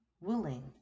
willing